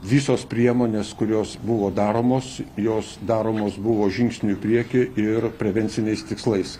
visos priemonės kurios buvo daromos jos daromos buvo žingsniu į priekį ir prevenciniais tikslais